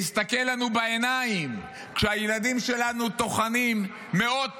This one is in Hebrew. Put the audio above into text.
להסתכל לנו בעיניים כשהילדים שלנו טוחנים מאות